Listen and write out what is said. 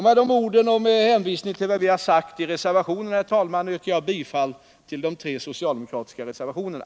Med det anförda och med hänvisning till vad vi har sagt i reservationerna yrkar jag bifall till de tre socialdemokratiska reservationerna.